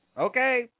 Okay